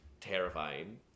terrifying